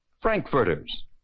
frankfurters